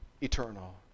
eternal